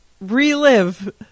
relive